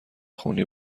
خونی